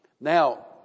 Now